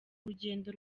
urugendo